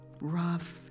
rough